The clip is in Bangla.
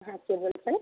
হ্যাঁ কে বলছেন